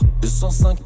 205